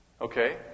Okay